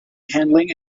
handling